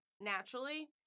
naturally